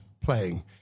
playing